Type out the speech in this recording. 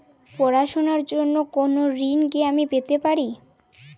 পড়াশোনা র জন্য কোনো ঋণ কি আমি পেতে পারি?